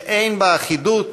שאין בה אחידות